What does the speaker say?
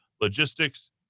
logistics